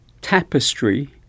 tapestry